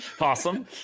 Awesome